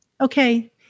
Okay